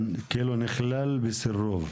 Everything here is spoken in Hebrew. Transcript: כן, נכלל בסירוב.